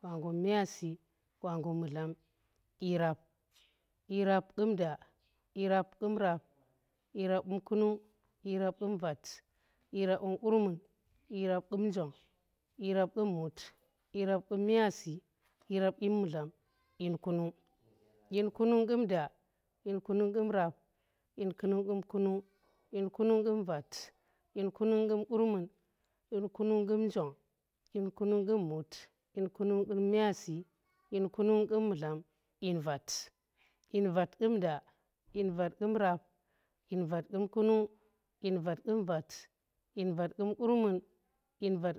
gwangyum myazi, gwangyum mud lam, dyi rap,. dyi rap qum da, dyi ram qum rap, dyi rap qum kunung, dyi rap qump njong, dyi rap qum, qurmun, dyi rap qum njong, dyi rap qum mut, dip rap qum myazi, dyirap qum mudlam, ndiri kunung. Dyiri kunung qum de, dyari ku nung qum rap, dyiri kunung, qum kunung,. dyiri kunung dum vat, dyri kunung, qunqurmin dyiri kunung qum myazi, dyan kunung qum. mudlam, dyin vat, qum kunung, dyin vat qum vat, dyiri vat qum qurmun